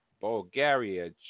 Bulgaria